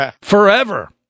forever